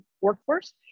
workforce